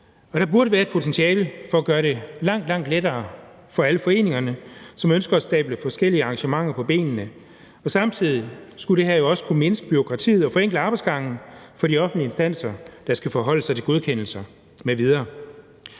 der burde være mulighed for at gøre det langt, langt lettere for alle foreningerne, som ønsker at stable forskellige arrangementer på benene. Samtidig skulle det her jo også kunne mindske bureaukratiet og forenkle arbejdsgangen for de offentlige instanser, der skal forholde sig til godkendelser m.v.